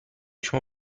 شما